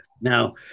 Now